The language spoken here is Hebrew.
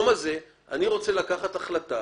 אני רוצה שבמקום הזה תהיה החלטה